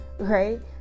right